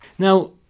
Now